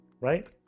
right